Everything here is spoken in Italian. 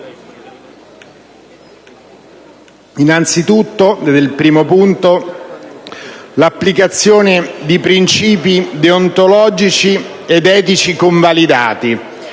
è quello dell'applicazione di principi deontologici ed etici convalidati